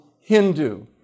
Hindu